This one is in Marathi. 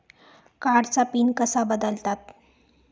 कार्डचा पिन कसा बदलतात?